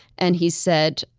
and he said,